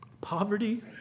poverty